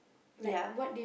ya